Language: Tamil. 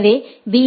எனவே பி